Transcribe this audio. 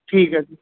ਠੀਕ ਹੈ ਜੀ